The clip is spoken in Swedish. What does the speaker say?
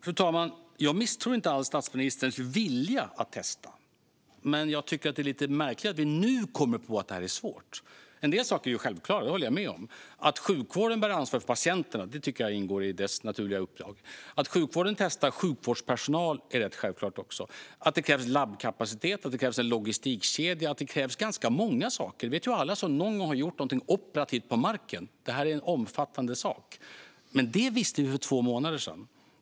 Fru talman! Jag misstror inte alls statsministerns vilja att testa, men jag tycker att det är lite märkligt att vi nu kommer på att detta är svårt. En del saker är ju självklara; det håller jag med om. Att sjukvården bär ansvaret för patienterna tycker jag ingår i dess naturliga uppdrag. Att sjukvården testar sjukvårdspersonal är också rätt självklart. Att det krävs labbkapacitet, att det krävs en logistikkedja och att det krävs ganska många saker vet ju alla som någon gång har gjort någonting operativt på marken. Detta är en omfattande sak, men det visste vi för två månader sedan.